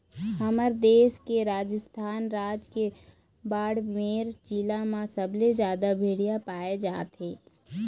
हमर देश के राजस्थान राज के बाड़मेर जिला म सबले जादा भेड़िया पाए जाथे